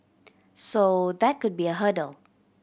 so that could be a hurdle